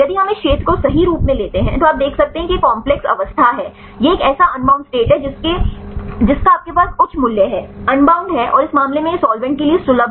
यदि हम इस क्षेत्र को सही रूप में लेते हैं तो आप देख सकते हैं कि यह काम्प्लेक्स अवस्था है यह एक ऐसा अनबाउंड स्टेट है जिसका आपके पास उच्च मूल्य है अनबाउंड है और इस मामले में यह साल्वेंट के लिए सुलभ है